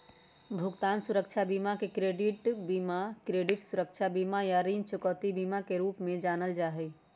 भुगतान सुरक्षा बीमा के क्रेडिट बीमा, क्रेडिट सुरक्षा बीमा, या ऋण चुकौती बीमा के रूप में भी जानल जा हई